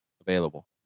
available